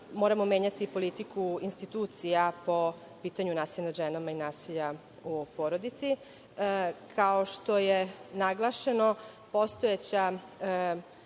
moramo menjati politiku institucija po pitanju nasilja nad ženama i nasilja u porodici. Kao što je naglašeno, postojeći